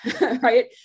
right